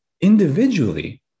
individually